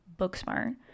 Booksmart